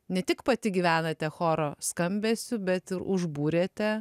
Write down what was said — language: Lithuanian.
ne tik pati gyvenate choro skambesiu bet ir užbūrėte